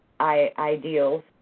ideals